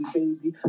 baby